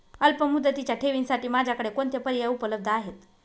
अल्पमुदतीच्या ठेवींसाठी माझ्याकडे कोणते पर्याय उपलब्ध आहेत?